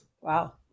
Wow